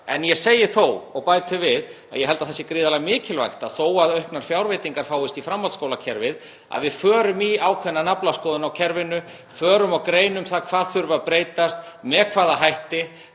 en ég segi þó og bæti við að ég held að það sé gríðarlega mikilvægt að þó að auknar fjárveitingar fáist í framhaldsskólakerfið þá förum við í ákveðna naflaskoðun í kerfinu, förum og greinum það hvað þurfi að breytast og með hvaða hætti